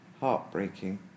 heartbreaking